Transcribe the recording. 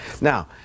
Now